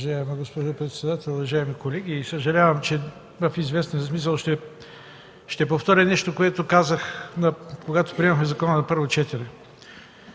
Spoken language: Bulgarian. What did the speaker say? Уважаема госпожо председател, уважаеми колеги! Съжалявам, че в известен смисъл ще повторя нещо, което казах, когато приемахме закона на първо четене.